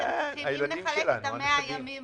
מה שייתנו עכשיו כדי לכסות